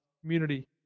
community